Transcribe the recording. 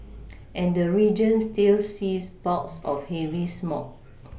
and the region still sees bouts of heavy smog